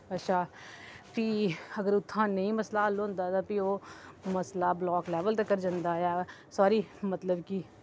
अच्छा भी अगर उत्थै नेईं मसला हल होंदा तां भी ओह् मसला ब्लाक लेवल तक्कर जंदा ऐ सारी मतलब कि